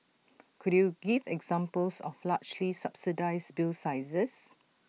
could you give examples of large lee subsidised bill sizes